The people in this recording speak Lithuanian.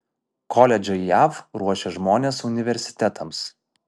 koledžai jav ruošia žmones universitetams